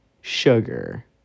Sugar